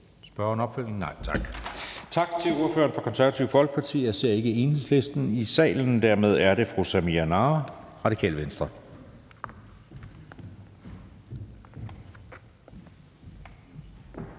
kort bemærkning? Nej. Tak til ordføreren for Det Konservative Folkeparti. Jeg ser ikke Enhedslisten i salen, og dermed er det fru Samira Nawa, Radikale Venstre,